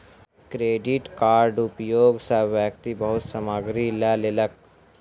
credit कार्डक उपयोग सॅ व्यक्ति बहुत सामग्री लअ लेलक